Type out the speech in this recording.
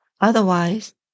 otherwise